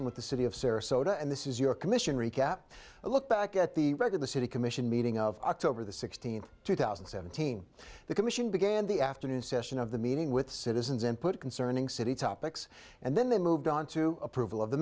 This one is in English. larson with the city of sarasota and this is your commission recap a look back at the record the city commission meeting of october the sixteenth two thousand and seventeen the commission began the afternoon session of the meeting with citizens input concerning city topics and then then moved on to approval of the